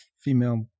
female